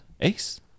Ace